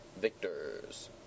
Victors